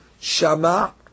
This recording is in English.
Shama